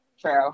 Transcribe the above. True